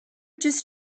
just